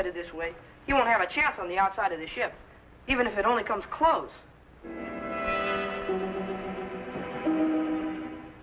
headed this way you'll have a chance on the outside of the ship even if it only comes close